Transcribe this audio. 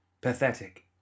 Pathetic